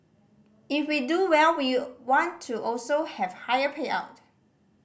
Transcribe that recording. if we do well we'll want to also have higher payout